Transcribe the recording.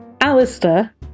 Alistair